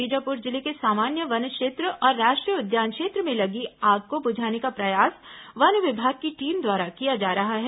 बीजापुर जिले के सामान्य वन क्षेत्र और राष्ट्रीय उद्यान क्षेत्र में लगी आग को बुझाने का प्रयास वन विभाग की टीम द्वारा किया जा रहा है